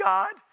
God